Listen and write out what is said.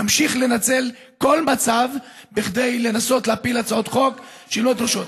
נמשיך לנצל כל מצב כדי לנסות להפיל הצעות חוק שלא דרושות.